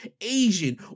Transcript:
Asian